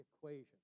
equation